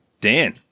Dan